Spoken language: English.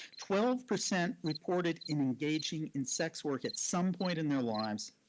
twelve percent reported in engaging in sex work at some point in their lives,